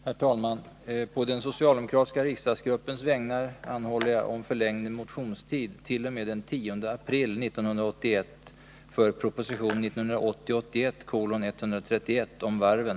Herr talman! På den socialdemokratiska riksdagsgruppens vägnar anhåller jag om förlängd motionstid, t.o.m. den 10 april 1981, för proposition 1980/81:131 om varven.